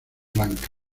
blanca